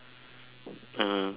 uh